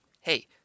hey